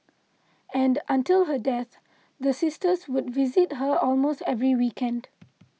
and until her death the sisters would visit her almost every weekend